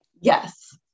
Yes